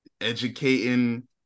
educating